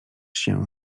się